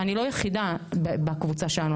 ואני לא היחידה בקבוצה שלנו.